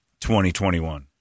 2021